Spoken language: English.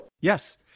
Yes